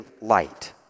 light